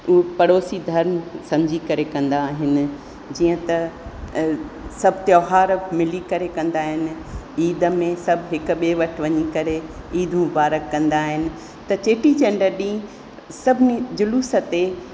उहो पड़ोसी धर्म समुझी करे कंदा आहिनि जीअं त सभु त्योहार मिली करे कंदा आहिनि ईद में सभु हिकु ॿिए वटि वञी करे ईद मुबारक कंदा आहिनि त चेटीचंड ॾींहुं सभिनी जुलूस ते